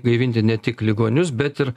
gaivinti ne tik ligonius bet ir